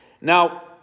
Now